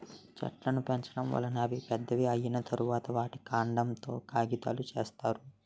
చెట్లును పెంచడం వలన అవి పెద్దవి అయ్యిన తరువాత, వాటి కాండం తో కాగితాలును సేత్తారు